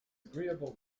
agreeable